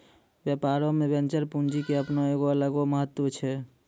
व्यापारो मे वेंचर पूंजी के अपनो एगो अलगे महत्त्व छै